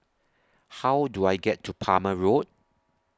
How Do I get to Palmer Road